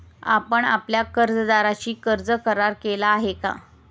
आपण आपल्या कर्जदाराशी कर्ज करार केला आहे का?